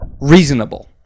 reasonable